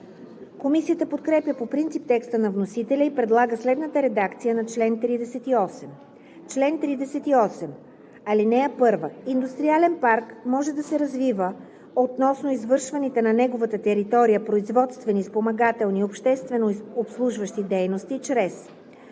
Комисията подкрепя по принцип текста на вносителя и предлага следната редакция на чл. 38: „Чл. 38. (1) Индустриален парк може да се развива относно извършваните на неговата територия производствени, спомагателни и общественообслужващи дейности чрез: